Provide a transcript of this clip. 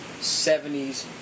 70s